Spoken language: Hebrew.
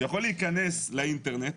שיכול להיכנס לאינטרנט,